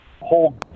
whole